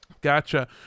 gotcha